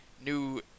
New